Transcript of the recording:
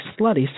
slutty